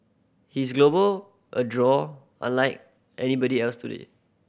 he's a global a draw unlike anybody else today